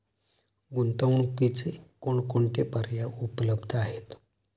गुंतवणुकीचे कोणकोणते पर्याय उपलब्ध आहेत?